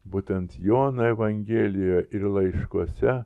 būtent jono evangelija ir laiškuose